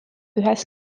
ühes